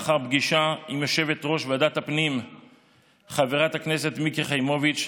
לאחר פגישה עם יושבת-ראש ועדת הפנים חברת הכנסת מיקי חיימוביץ'